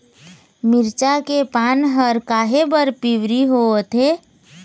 मिरचा के पान हर काहे बर पिवरी होवथे?